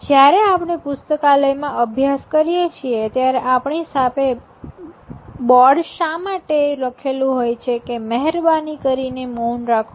જ્યારે આપણે પુસ્તકાલયમાં અભ્યાસ કરીએ છીએ ત્યારે આપણી સામે બોર્ડમાં શા માટે લખેલું હોય છે કે મહેરબાની કરીને મૌન રાખો